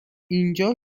اینجا